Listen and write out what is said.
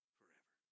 forever